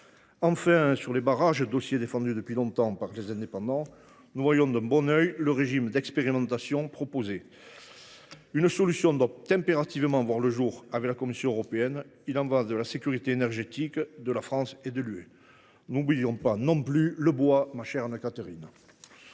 Enfin, concernant les barrages, un dossier défendu depuis longtemps par notre groupe, nous voyons d’un bon œil le régime d’expérimentation proposé. Une solution doit impérativement voir le jour avec la Commission européenne ; il y va de la sécurité énergétique de la France et de l’Union européenne. N’oublions pas non plus le bois, ma chère Anne Catherine